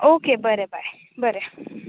okay बरें bye बरें